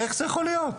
איך זה יכול להיות?